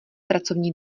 pracovní